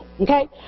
Okay